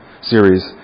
series